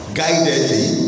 guidedly